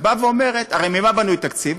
ממה בנוי תקציב?